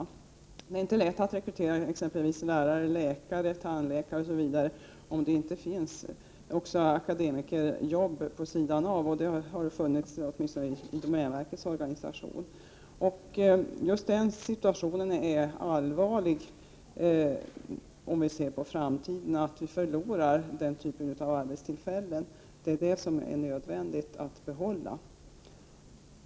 Det är inte lätt att rekrytera t.ex. lärare, läkare och tandläkare om det inte finns även andra akademikerjobb. Detta har emellertid funnits inom domänverkets organisation. Med tanke på framtiden är det allvarligt om vi förlorar den typen av arbetstillfällen. Det är nödvändigt att behålla detta slags arbeten.